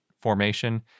formation